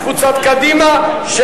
קבוצת קדימה של